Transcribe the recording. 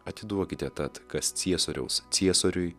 atiduokite tad kas ciesoriaus ciesoriui